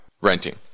renting